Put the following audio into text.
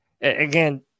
again